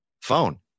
phone